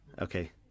okay